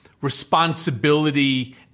responsibility